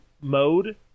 mode